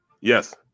Yes